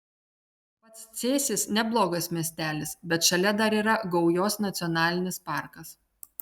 pats cėsis neblogas miestelis bet šalia dar yra gaujos nacionalinis parkas